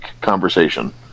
conversation